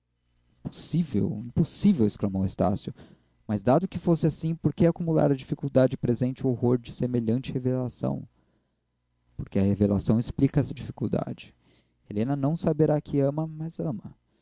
impossível impossível exclamou estácio mas dado que assim fosse por que acumular à dificuldade presente o horror de semelhante revelação porque a revelação explica a dificuldade helena não saberá que ama mas ama